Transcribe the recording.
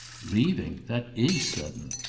leaving? that is sudden.